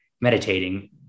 meditating